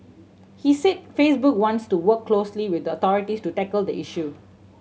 he said Facebook wants to work closely with the authorities to tackle the issue